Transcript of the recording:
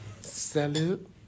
Salute